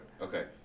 Okay